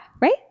right